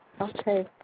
Okay